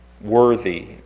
worthy